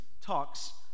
talks